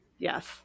Yes